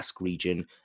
region